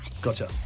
Gotcha